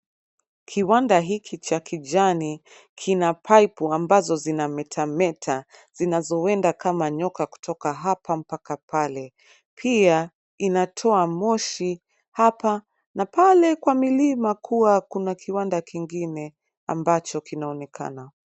Kiwanda hiki cha kijani kina paipu ambazo zinametameta zinazoenda kama nyoka kutoka hapa mpaka pale. Pia, inatoa moshi kutoka hapa na pale. Kwa milima, kuna kiwanda kingine ambacho kinaonekana.